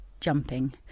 jumping